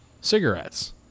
cigarettes